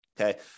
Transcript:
okay